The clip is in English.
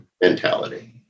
mentality